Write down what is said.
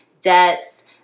debts